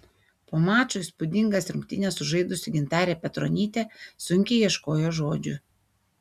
po mačo įspūdingas rungtynes sužaidusi gintarė petronytė sunkiai ieškojo žodžių